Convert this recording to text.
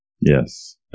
Yes